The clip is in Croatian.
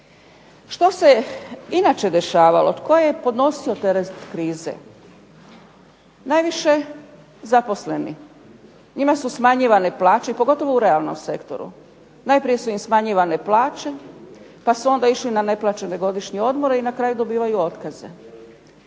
Što se inače dešavalo? Tko je podnosio teret krize? Najviše zaposleni. Njima su smanjivane plaće i pogotovo u realnom sektoru. Najprije su im smanjivane plaće, pa su onda išli na neplaćene godišnje odmore, i na kraju dobivaju otkaze.